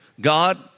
God